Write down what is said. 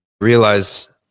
Realize